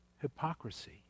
hypocrisy